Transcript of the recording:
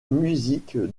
musique